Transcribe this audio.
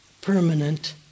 permanent